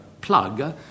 plug